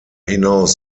hinaus